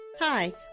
Hi